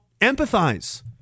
empathize